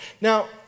Now